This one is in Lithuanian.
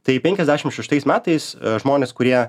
tai penkiasdešimt šeštais metais žmonės kurie